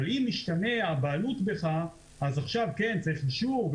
אבל אם הבעלות משתנה הבעלות אז עכשיו צריך אישור,